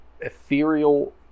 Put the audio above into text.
ethereal